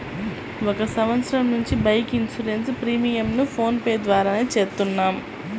ఒక సంవత్సరం నుంచి బైక్ ఇన్సూరెన్స్ ప్రీమియంను ఫోన్ పే ద్వారానే చేత్తన్నాం